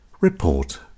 Report